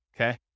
Okay